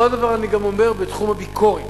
אותו הדבר אני גם אומר בתחום הביקורת.